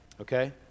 okay